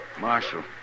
Marshal